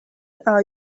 are